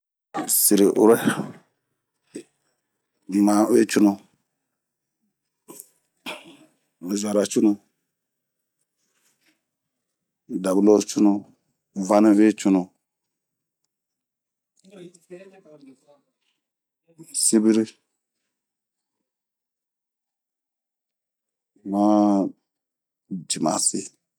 siri'uɛrɛ ,ma'oui cunu, zuara cunu, dabulo cunu, ,vaniuicubu, sibiri, maa dimasi.